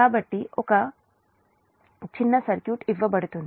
కాబట్టి ఒక చిన్న సర్క్యూట్ ఇవ్వబడుతుంది